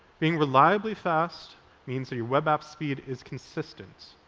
being reliably fast means that your web app speed is consistent,